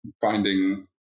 finding